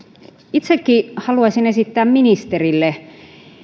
itsekin haluaisin esittää ministerille